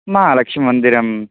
महालक्ष्मीमन्दिरम्